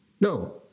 No